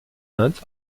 inde